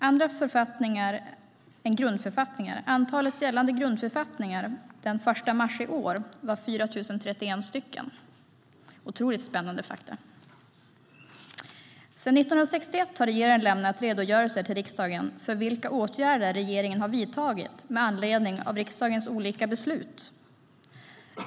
Antalet gällande författningar var den 1 mars i år 4 031 stycken - otroligt spännande fakta! Sedan 1961 har regeringen lämnat redogörelser till riksdagen för vilka åtgärder regeringen har vidtagit med anledning av riksdagens olika beslut.